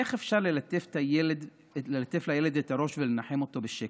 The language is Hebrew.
איך אפשר ללטף לילד את הראש ולנחם אותו בשקר?